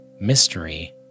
mystery